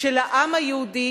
שלעם היהודי